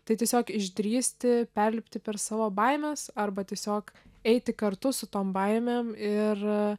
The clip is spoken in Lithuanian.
tai tiesiog išdrįsti perlipti per savo baimes arba tiesiog eiti kartu su tom baimėm ir